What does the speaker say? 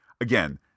again